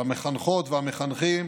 של המחנכות והמחנכים,